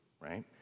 right